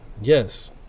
Yes